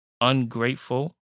ungrateful